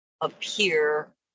appear